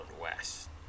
west